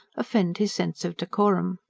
offend his sense of decorum.